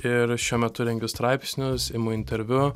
ir šiuo metu rengiu straipsnius imu interviu